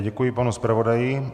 Děkuji panu zpravodaji.